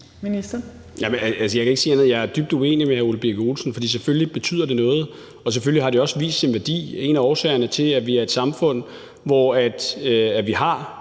jeg er dybt uenig med hr. Ole Birk Olesen, for selvfølgelig betyder det noget, og selvfølgelig har det også vist sin værdi. En af årsagerne til, at vi er et samfund, hvor